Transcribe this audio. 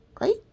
right